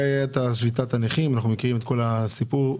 הייתה שביתת הנכים ואנחנו מכירים את כל הסיפור.